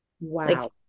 Wow